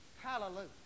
Hallelujah